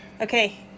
Okay